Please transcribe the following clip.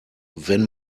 wenn